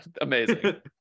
Amazing